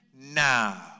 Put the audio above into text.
now